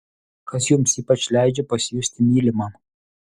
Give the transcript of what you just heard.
kas jums ypač leidžia pasijusti mylimam